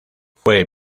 fue